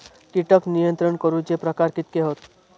कीटक नियंत्रण करूचे प्रकार कितके हत?